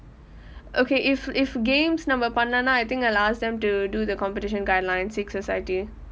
okay if if games number நம்ம பண்ணலைனா:namma pannalainaa I think I'll ask them to do the competition guideline sikh society